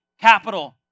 capital